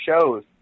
shows